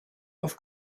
auf